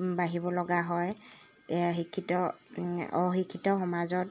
আগবাঢ়িব লগা হয় এয়া শিক্ষিত অশিক্ষিত সমাজত